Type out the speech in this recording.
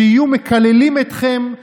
שיהיו מקללים אתכם,